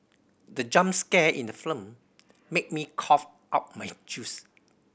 the jump scare in the film made me cough out my juice